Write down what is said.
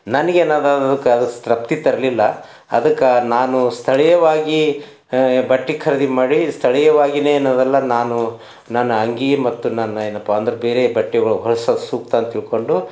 ನನಗೆ ಏನಿದೆ ಅದಕ್ಕೆ ಅದು ತೃಪ್ತಿ ತರಲಿಲ್ಲ ಅದಕ್ಕೆ ನಾನು ಸ್ಥಳೀಯವಾಗಿ ಬಟ್ಟೆ ಖರೀದಿ ಮಾಡಿ ಸ್ಥಳೀಯವಾಗಿಯೇ ಏನದಲ್ಲ ನಾನು ನನ್ನ ಅಂಗಿ ಮತ್ತು ನನ್ನ ಏನಪ್ಪಾ ಅಂದ್ರೆ ಬೇರೆ ಬಟ್ಟೆಗಳು ಹೊಲ್ಸೋದು ಸೂಕ್ತ ಅಂತ ತಿಳ್ಕೊಂಡು